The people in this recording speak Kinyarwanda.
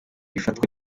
ifatwa